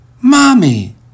Mommy